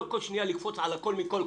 לא צריך לקפוץ כל שנייה על כל דבר.